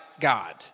God